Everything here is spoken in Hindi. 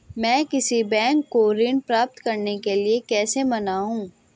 मैं किसी बैंक को ऋण प्राप्त करने के लिए कैसे मनाऊं?